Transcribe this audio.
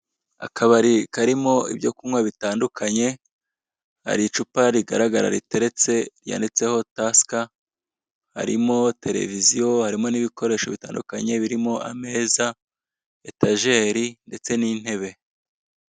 Akabari karimo ibyo kunywa bitandukanye hari icupa rigaragara riteretse ryanditseho tasika, harimo televiziyo, harimo n'ibikoresho bitandukanye birimo; ameza, etajeri ndetse n'intebe.